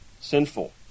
Sinful